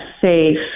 safe